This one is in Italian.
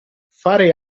fare